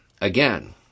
Again